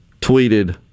Tweeted